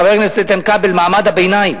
חבר הכנסת איתן כבל, מעמד הביניים,